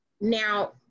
now